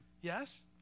Yes